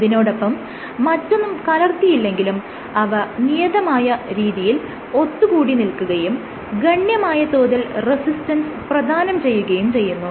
അതിനോടൊപ്പം മറ്റൊന്നും കലർത്തിയില്ലെങ്കിലും അവ നിയതമായ രീതിയിൽ ഒത്തുകൂടി നിൽക്കുകയും ഗണ്യമായ തോതിൽ റെസിസ്റ്റൻസ് പ്രധാനം ചെയ്യുകയും ചെയ്യുന്നു